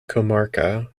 comarca